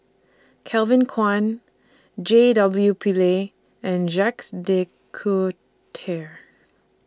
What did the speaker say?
Kevin Kwan J W Pillay and Jacques De Coutre